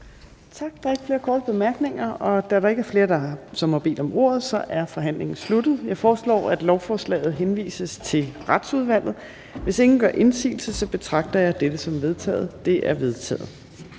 Tak. Der er ikke flere korte bemærkninger. Da der ikke er flere, som har bedt om ordet, er forhandlingen sluttet. Jeg foreslår, at lovforslaget henvises til Retsudvalget. Hvis ingen gør indsigelse, betragter jeg dette som vedtaget. Det er vedtaget.